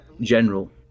general